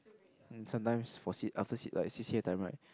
sometimes for C~ after C~ like C_C_A time right